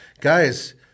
guys